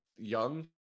young